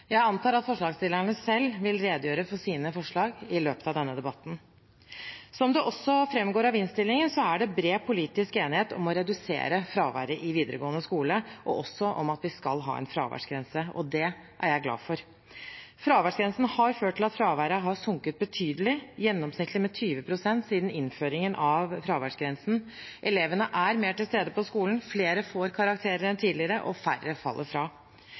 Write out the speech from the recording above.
Jeg antar at forslagsstillerne selv vil redegjøre for sine forslag i løpet av denne debatten. Som det også framgår av innstillingen, er det bred politisk enighet om å redusere fraværet i videregående skole, og også om at vi skal ha en fraværsgrense. Det er jeg glad for. Fraværsgrensen har ført til at fraværet har sunket betydelig, gjennomsnittlig med 20 pst. siden innføringen av fraværsgrensen. Elevene er mer til stede på skolen, flere får karakterer enn tidligere, og færre faller fra.